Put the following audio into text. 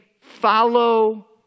follow